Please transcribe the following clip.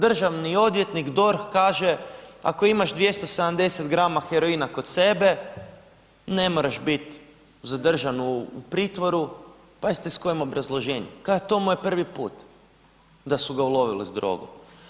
Državni odvjetnik, DORH kaže ako imaš 270 grama heroina kod sebe ne moraš biti za državnu pritvoru pazite s kojim obrazloženjem, kaže to mu je prvi put da su ga ulovili s drogom.